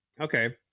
okay